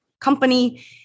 company